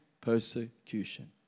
persecution